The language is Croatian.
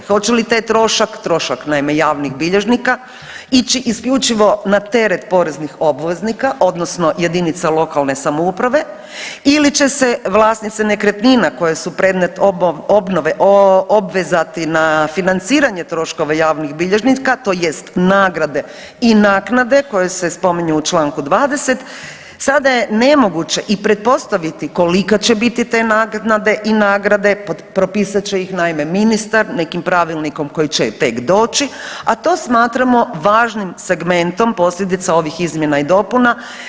Hoće li taj trošak, trošak naime javnih bilježnika ići isključivo na teret poreznih obveznika, odnosno jedinica lokalne samouprave ili će se vlasnici nekretnina koji su predmet obnove, obvezati na financiranje troškova javnih bilježnika, tj. nagrade i naknade koje se spominju u čl. 20, sada je nemoguće i pretpostaviti kolika će biti te naknade i nagrade, propisat će ih, naime, ministar nekim pravilnikom koji će tek doći, a to smatramo važnim segmentom, posljedica ovih izmjena i dopuna.